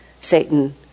Satan